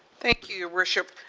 thank you, your worship.